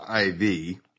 IV